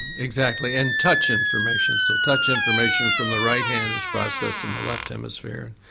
exactly. and touch information. so touch information from the right hand is processed in the left hemisphere,